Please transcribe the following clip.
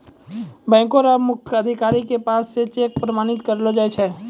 बैंको र मुख्य अधिकारी के पास स चेक प्रमाणित करैलो जाय छै